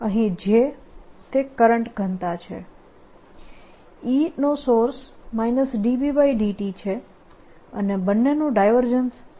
અહીં J current ઘનતા છે નો સોર્સ ∂B∂t છે અને બંનેનું ડાયવર્જન્સ 0 છે